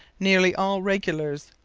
nearly all regulars.